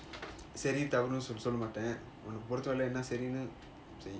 சேரி தவறு சொல்ல மாட்டான்:seri thavaru solla maatan